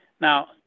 Now